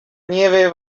nieve